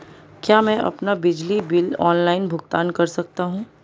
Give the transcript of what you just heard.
क्या मैं अपना बिजली बिल ऑनलाइन भुगतान कर सकता हूँ?